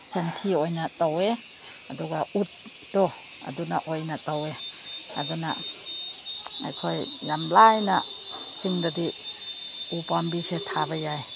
ꯁꯟꯊꯤ ꯑꯣꯏꯅ ꯇꯧꯋꯦ ꯑꯗꯨꯒ ꯎꯠꯇꯣ ꯑꯗꯨꯅ ꯑꯣꯏꯅ ꯇꯧꯋꯦ ꯑꯗꯨꯅ ꯑꯩꯈꯣꯏ ꯌꯥꯝ ꯂꯥꯏꯅ ꯆꯤꯡꯗꯗꯤ ꯎ ꯄꯥꯝꯕꯤꯁꯦ ꯊꯥꯕ ꯌꯥꯏ